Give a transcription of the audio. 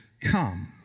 come